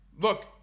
Look